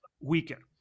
weaker